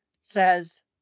says